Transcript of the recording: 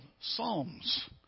psalms